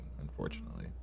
unfortunately